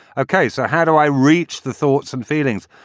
okay. so how do i reach the thoughts and feelings?